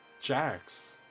Jax